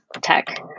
tech